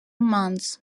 months